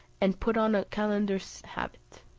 and put on a calender's habit.